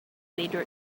leader